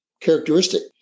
characteristic